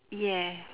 yes